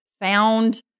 found